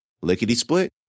lickety-split